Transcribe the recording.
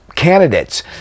candidates